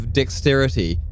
dexterity